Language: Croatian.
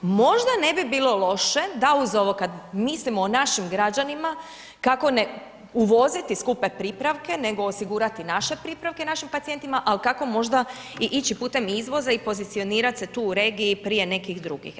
Možda ne bi bilo loše, da uz ovo kada mislimo o našim građanima, kako ne uvoditi skupe pripravke, nego osigurati naše pripravke, našim pacijentima, ali kako možda i ići i putem izvoza i pozicionirati se tu u regiji prije nekih drugih.